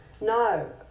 No